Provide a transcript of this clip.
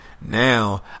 now